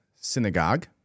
synagogue